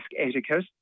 etiquette